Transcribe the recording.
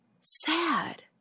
sad